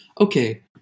okay